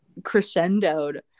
crescendoed